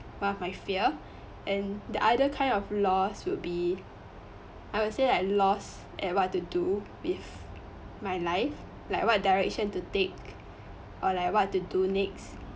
one of my fear and the other kind of lost would be I would say like lost at what to do with my life like what direction to take or like what to do next